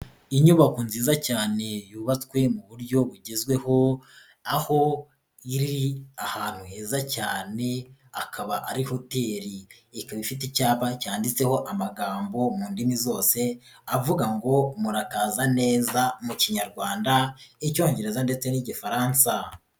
Inyubako nziza cyane yubatswe mu buryo bugezweho, aho iri ahantu heza cyane akaba ari hoteli ikaba ifite icyapa cyanditseho amagambo mu ndimi zose, avuga ngo murakaza neza mu kinyarwanda, Icyongereza, ndetse n'igifaransa.